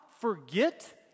forget